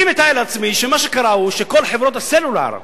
אני מתאר לעצמי שמה שקרה הוא שכל חברות הסלולר,